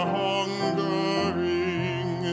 hungering